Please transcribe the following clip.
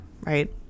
right